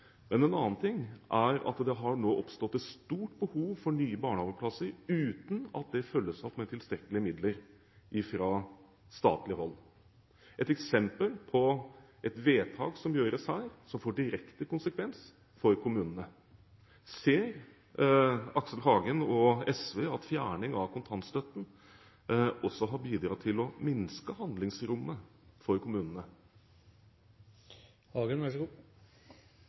men en annen ting er at det nå har oppstått et stort behov for nye barnehageplasser, uten at det følges opp med tilstrekkelige midler fra statlig hold – et eksempel på et vedtak som gjøres her, som får direkte konsekvens for kommunene. Ser Aksel Hagen og SV at fjerning av kontantstøtten også har bidratt til å minske handlingsrommet for